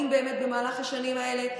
במהלך השנים האלה,